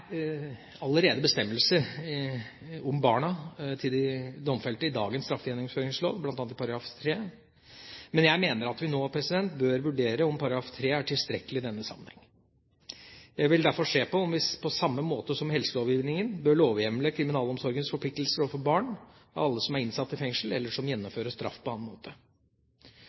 allerede bestemmelser om barna til de domfelte i dagens straffegjennomføringslov, bl.a. i § 3. Men jeg mener at vi nå bør vurdere om § 3 er tilstrekkelig i denne sammenheng. Jeg vil derfor se på om vi på samme måte som i helselovgivningen bør lovhjemle kriminalomsorgens forpliktelser overfor barn av alle som er innsatt i fengsel, eller som gjennomfører straff på annen måte.